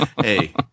Hey